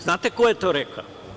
Znate ko je to rekao?